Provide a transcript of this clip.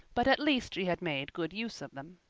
but at least she had made good use of them.